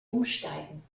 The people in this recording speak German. umsteigen